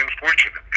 unfortunate